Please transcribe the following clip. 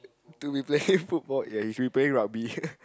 to be playing football and you should be playing rugby